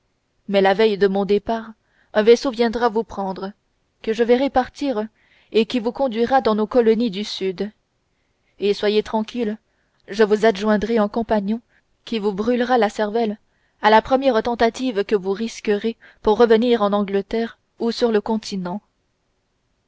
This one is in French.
mais la veille de mon départ un vaisseau viendra vous prendre que je verrai partir et qui vous conduira dans nos colonies du sud et soyez tranquille je vous adjoindrai un compagnon qui vous brûlera la cervelle à la première tentative que vous risquerez pour revenir en angleterre ou sur le continent